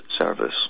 service